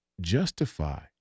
justify